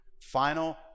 Final